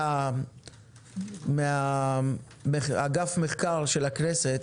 ביקשתי מאגף המחקר של הכנסת